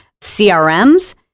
CRMs